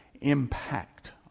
impact